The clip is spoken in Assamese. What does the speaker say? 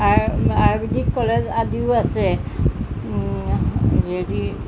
আয় আয়ুৰ্বেদিক কলেজ আদিও আছে যদি